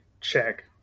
check